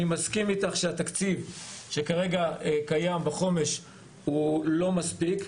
אני מסכים איתך שהתקציב שכרגע קיים בחומש לא מספיק,